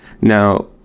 Now